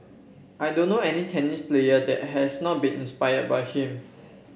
I don't know any tennis player that has not been inspired by him